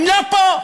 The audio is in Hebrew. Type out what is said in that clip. הם לא פה,